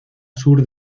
sur